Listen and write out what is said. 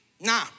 Nah